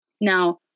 Now